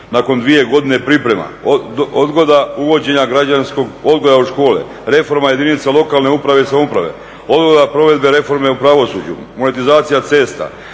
nakon dvije godine priprema, odgoda uvođenja građanskog odgoja u škole, reforma jedinica lokalne uprave i samouprave, odgoda provedbe reforme u pravosuđu, monetizacija cesta.